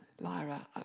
Lyra